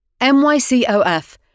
MYCOF